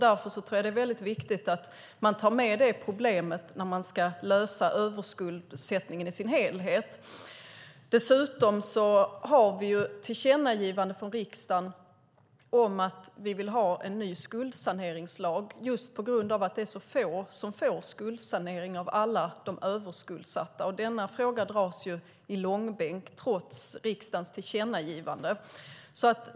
Därför är det viktigt att ta med det problemet när frågan om överskuldsättning ska lösas i sin helhet. Dessutom har riksdagen tillkännagivit till regeringen om att ta fram en ny skuldsaneringslag, just på grund av att så få överskuldsatta beviljas skuldsanering. Denna fråga dras i långbänk, trots riksdagens tillkännagivande.